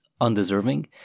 undeserving